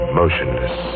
motionless